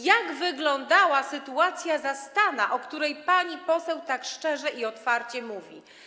Jak wyglądała sytuacja zastana, o której pani poseł tak szczerze i otwarcie mówi?